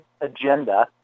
agenda